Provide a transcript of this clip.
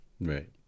right